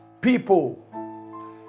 People